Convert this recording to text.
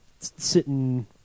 sitting